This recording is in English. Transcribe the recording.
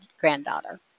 granddaughter